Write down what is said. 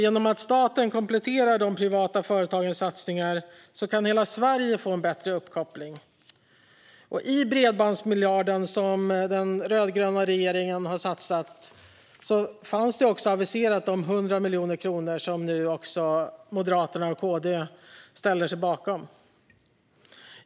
Genom att staten kompletterar de privata företagens satsningar kan hela Sverige få en bättre uppkoppling. I den bredbandsmiljard som den rödgröna regeringen har satsat fanns aviserat de 100 miljoner kronor som nu också Moderaterna och Kristdemokraterna ställer sig bakom.